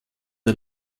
der